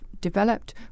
developed